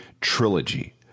trilogy